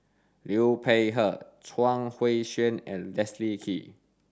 Liu Peihe Chuang Hui Tsuan and Leslie Kee